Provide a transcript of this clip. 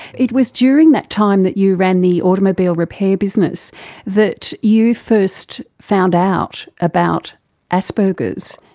it was during that time that you ran the automobile repair business that you first found out about asperger's.